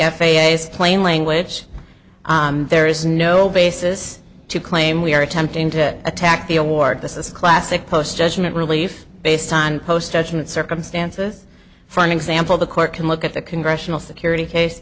a s plain language there is no basis to claim we are attempting to attack the award this is a classic post judgment relief based on post judgment circumstances for an example the court can look at the congressional security case